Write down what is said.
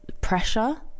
pressure